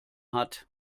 hat